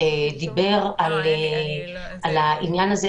דובר על הפילוט,